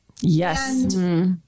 Yes